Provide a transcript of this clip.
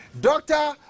doctor